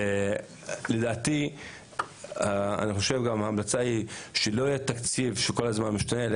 אני חושב גם שההמלצה היא שלא יהיה תקציב שכל הזמן משתנה,